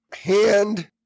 hand